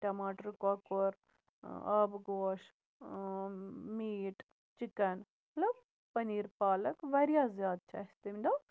ٹَماٹر کۄکُر آبہٕ گوش میٖٹ چِکَن مطلب پٔنیٖر پالکھ واریاہ زیادٕ چھِ اَسہِ تَمہِ دۄہ